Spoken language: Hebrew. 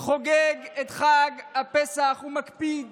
חוגג את חג הפסח, הוא מקפיד